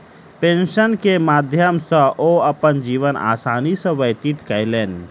pension के माध्यम सॅ ओ अपन जीवन आसानी सॅ व्यतीत कयलैन